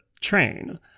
train